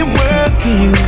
working